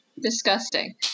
Disgusting